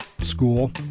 School